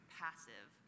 passive